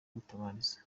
gutabariza